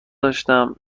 داشتم